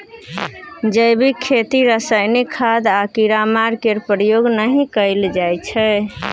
जैबिक खेती रासायनिक खाद आ कीड़ामार केर प्रयोग नहि कएल जाइ छै